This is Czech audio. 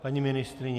Paní ministryně?